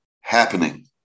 happening